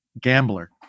gambler